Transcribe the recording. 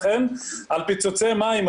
על פיצוצי מים,